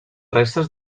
restes